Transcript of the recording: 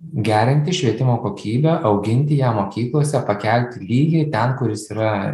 gerinti švietimo kokybę auginti ją mokyklose pakelti lygį ten kur jis yra